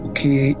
Okay